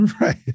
Right